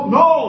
no